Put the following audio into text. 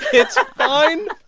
it's fine